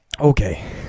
okay